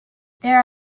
there